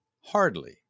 Hardly